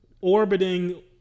orbiting